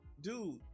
dude